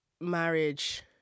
marriage